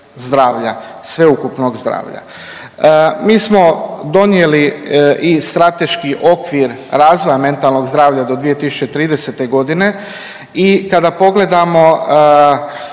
zdravlja sveukupnog zdravlja. Mi smo donijeli i Strateški okvir razvoja mentalnog zdravlja do 2030. godine i kada pogledamo